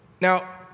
Now